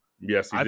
Yes